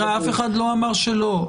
אף אחד לא אמר שלא.